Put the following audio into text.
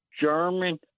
German